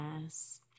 Yes